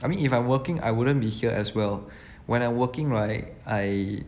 I mean if I'm working I wouldn't be here as well when I'm working right I